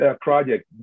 project